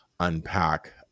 unpack